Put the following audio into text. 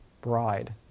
bride